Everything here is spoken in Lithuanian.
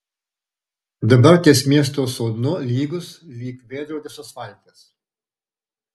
dabar ties miesto sodnu lygus lyg veidrodis asfaltas